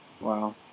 Wow